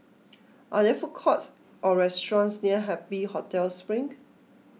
are there food courts or restaurants near Happy Hotel Spring